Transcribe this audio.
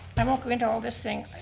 i won't go into all this thing.